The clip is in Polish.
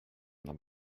nam